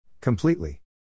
Completely